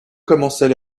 commençait